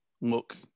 look